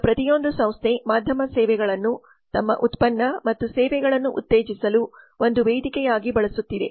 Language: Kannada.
ಈಗ ಪ್ರತಿಯೊಂದು ಸಂಸ್ಥೆ ಮಾಧ್ಯಮ ಸೇವೆಗಳನ್ನು ತಮ್ಮ ಉತ್ಪನ್ನ ಮತ್ತು ಸೇವೆಗಳನ್ನು ಉತ್ತೇಜಿಸಲು ಒಂದು ವೇದಿಕೆಯಾಗಿ ಬಳಸುತ್ತಿದೆ